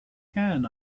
can